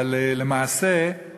אבל